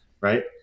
right